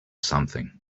something